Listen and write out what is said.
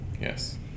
Yes